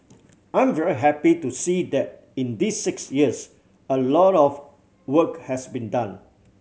I'm very happy to see that in these six years a lot of work has been done